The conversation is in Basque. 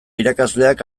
irakasleak